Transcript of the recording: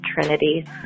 Trinity